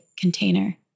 container